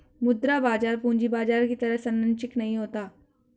मुद्रा बाजार पूंजी बाजार की तरह सरंचिक नहीं होता